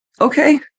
okay